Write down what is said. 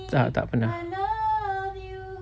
tak tak pernah